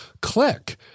click